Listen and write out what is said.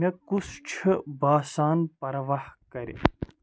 مےٚ کُس چھُ باسان پَرواہ کَرِ